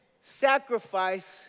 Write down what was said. sacrifice